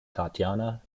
tatiana